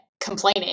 complaining